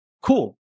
cool